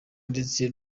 ndetse